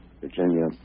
Virginia